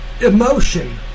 Emotion